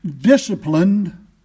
disciplined